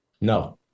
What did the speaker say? No